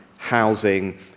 Housing